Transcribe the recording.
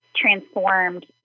transformed